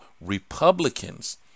Republicans